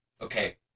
okay